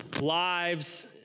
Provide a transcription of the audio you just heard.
lives